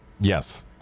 Yes